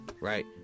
right